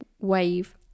wave